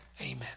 amen